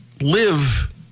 live